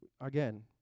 again